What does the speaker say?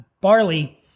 barley